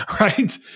Right